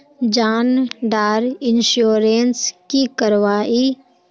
जान डार इंश्योरेंस की करवा ई?